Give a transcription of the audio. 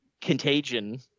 contagion